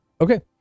Okay